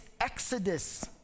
exodus